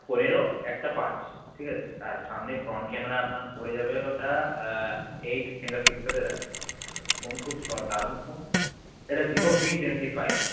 পনেরো একটা পাঁচ ঠিক আছে আর সামনে ফ্রন্ট ক্যামেরা আপনার পড়ে যাবে ওটা এইট মেগাপিক্সেলের আছে ফোন খুব দারুণ ফোন এটা ভিভো ভি টোয়েন্টি ফাইভ